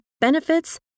benefits